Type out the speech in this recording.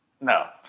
no